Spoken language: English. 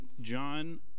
John